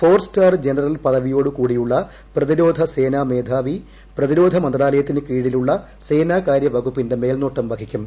four star general പദവിയോട് കൂടിയുള്ള പ്രതിരോധ സേന മേധാവി പ്രതിരോധ മന്ത്രാലയത്തിനു കീഴിലുള്ള സേനാകാര്യ വകുപ്പിന്റെ മേൽനോട്ടം വഹിക്കും